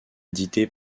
édités